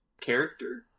character